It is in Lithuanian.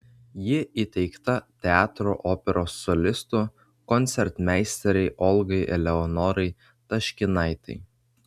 ji įteikta teatro operos solistų koncertmeisterei olgai eleonorai taškinaitei